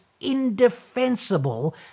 indefensible